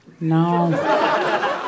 No